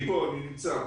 אני פה, אני נמצא.